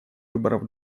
выборов